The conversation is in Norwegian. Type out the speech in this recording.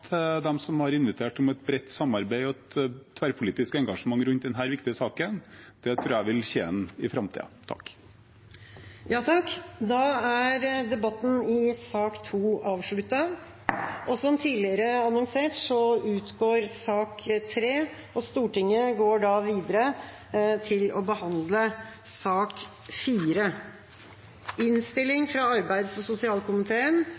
dem som har invitert til et bredt samarbeid og et tverrpolitisk engasjement i denne viktige saken. Det tror jeg vil tjene den i framtiden. Interpellasjonsdebatten er dermed omme. Som tidligere annonsert utgår sak nr. 3, og Stortinget går da videre til å behandle sak nr. 4. Etter ønske fra arbeids- og sosialkomiteen